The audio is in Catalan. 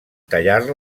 tallar